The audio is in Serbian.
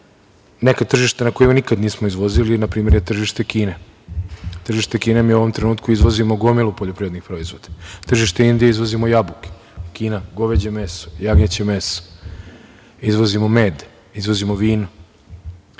neka tržišta na kojima nikada nismo izvozili je, na primer, tržište Kine. Na tržište Kine u ovom trenutku izvozimo gomilu poljoprivrednih proizvoda. Na tržište Indije izvozimo jabuke, u Kinu goveđe meso, jagnjeće meso, izvozimo med, izvozimo vino.